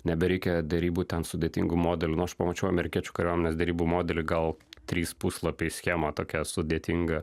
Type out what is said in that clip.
nebereikia derybų ten sudėtingų modelių nu aš pamačiau amerikiečių kariuomenės derybų modelį gal trys puslapiai schema tokia sudėtinga